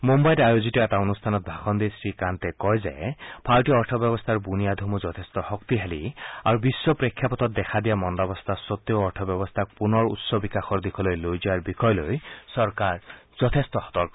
মুম্বাইত আয়োজিত এটা অনুষ্ঠানত ভাষণ দি শ্ৰীকান্তে কয় যে ভাৰতীয় অৰ্থব্যৱস্থাৰ বুনিয়াদসমূহ যথেষ্ট শক্তিশালী আৰু বিশ্ব প্ৰেক্ষাপটত দেখা দিয়া মন্দাৱস্থা সত্তেও অৰ্থব্যৱস্থাক পুনৰ উচ্চ বিকাশৰ দিশলৈ লৈ যোৱাৰ বিষয় লৈ চৰকাৰ যথেষ্ট সতৰ্ক